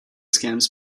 scams